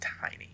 tiny